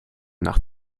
nach